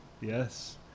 Yes